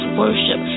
worship